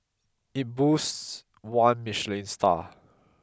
it boasts one Michelin star